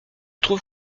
trouve